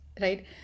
Right